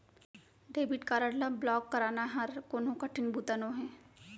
debit card ल block कराना हर कोनो कठिन बूता नोहे